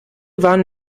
waren